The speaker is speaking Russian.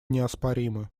неоспоримы